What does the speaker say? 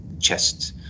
chest